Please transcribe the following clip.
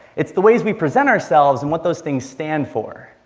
it's the ways we present ourselves, and what those things stand for.